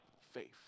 faith